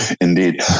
Indeed